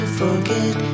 forget